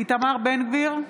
איתמר בן גביר,